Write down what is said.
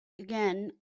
again